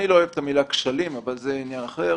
אני לא אוהב את המילה "כשלים", אבל זה עניין אחר.